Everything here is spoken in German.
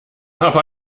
aber